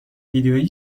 ویدیویی